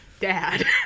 Dad